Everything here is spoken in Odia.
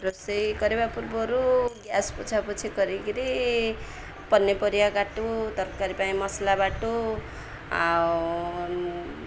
ରୋଷେଇ କରିବା ପୂର୍ବରୁ ଗ୍ୟାସ୍ ପୋଛାପୋଛି କରିକିରି ପନିପରିବା କାଟୁ ତରକାରୀ ପାଇଁ ମସଲା ବାଟୁ ଆଉ